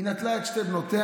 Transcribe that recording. היא נטלה את שתי בנותיה,